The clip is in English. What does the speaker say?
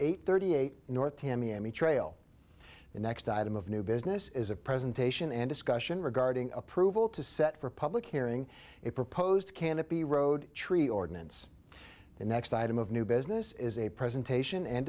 eight thirty eight north tamiami trail the next item of new business is a presentation and discussion regarding approval to set for public hearing a proposed canopy road tree ordinance the next item of new business is a presentation and